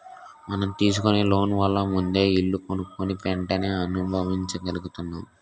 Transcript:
మనం తీసుకునే లోన్ వల్ల ముందే ఇల్లు కొనుక్కుని వెంటనే అనుభవించగలుగుతున్నాం